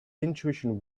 intuition